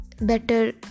better